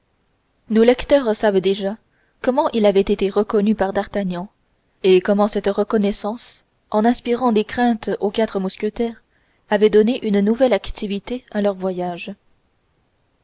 nos lecteurs savent déjà comment il avait été reconnu par d'artagnan et comment cette reconnaissance en inspirant des craintes aux quatre mousquetaires avait donné une nouvelle activité à leur voyage